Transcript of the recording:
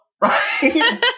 right